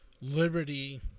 liberty